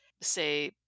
say